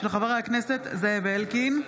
של חבר הכנסת זאב אלקין.